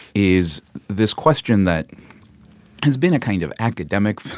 is this question that has been a kind of academic,